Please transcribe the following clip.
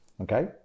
okay